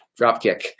Dropkick